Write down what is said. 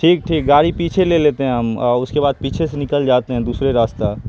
ٹھیک ٹھیک گاڑی پیچھے لے لیتے ہیں ہم اس کے بعد پیچھے سے نکل جاتے ہیں دوسرے راستہ